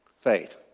faith